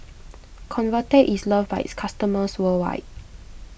Convatec is loved by its customers worldwide